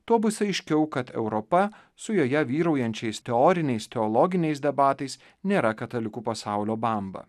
tuo bus aiškiau kad europa su joje vyraujančiais teoriniais teologiniais debatais nėra katalikų pasaulio bamba